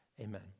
Amen